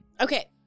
Okay